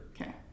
Okay